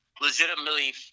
legitimately